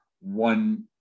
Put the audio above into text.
one